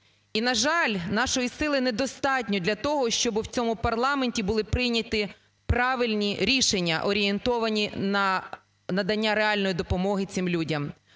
І, на жаль, нашої сили недостатньо для того, щоби в цьому парламенті були прийняті правильні рішення, орієнтовані на надання реальної допомоги цим людям.